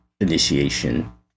initiation